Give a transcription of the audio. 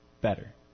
better